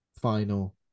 final